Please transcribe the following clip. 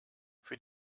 für